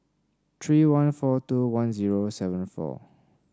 three one four two one zero seven four